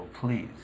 please